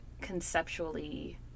conceptually